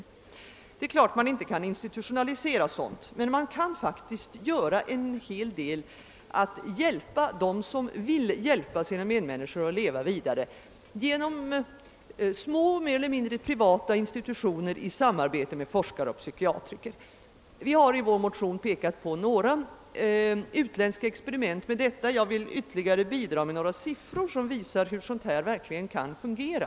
Självfallet kan inte en sådan verksamhet institutionaliseras, men man kan faktiskt göra en hel del för att stödja dem som vill hjälpa sina medmänniskor att leva vi dare, genom små mer eller mindre privata inrättningar i samarbete med forskare-psykiatriker. Vi har i vår motion pekat på några utländska experiment på detta område, och jag vill ytterligare bidra med några siffror som visar hur en verksamhet som den föreslagna verkligen kan fungera.